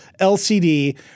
LCD